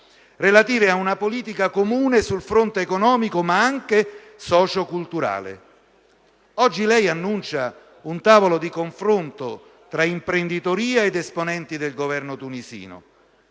relativamente ad una politica comune sul fronte economico, ma anche socio-culturale. Oggi lei annuncia un tavolo di confronto tra imprenditoria ed esponenti del Governo tunisino.